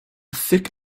thick